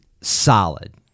solid